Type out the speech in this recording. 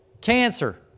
Cancer